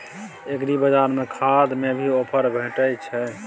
एग्रीबाजार में खाद में भी ऑफर भेटय छैय?